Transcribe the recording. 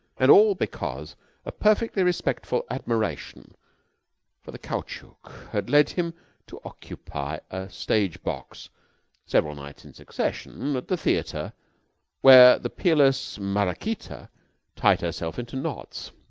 and all because a perfectly respectful admiration for the caoutchouc had led him to occupy a stage-box several nights in succession at the theater where the peerless maraquita tied herself into knots.